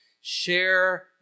share